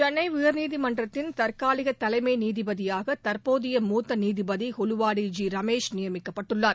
சென்னை உயர்நீதிமன்றத்தின் தற்காலிக தலைமை நீதிபதியாக தற்போதைய மூத்த நீதிபதி ஹூலுவாடி ஜி ரமேஷ் நியமிக்கப்பட்டுள்ளார்